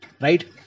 right